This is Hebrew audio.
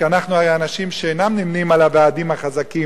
כי אנחנו האנשים שאינם נמנים עם הוועדים החזקים